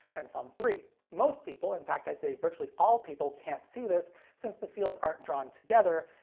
and some three. most people, in fact i'd say virtually all people, can't see this, since the fields aren't drawn together.